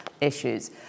issues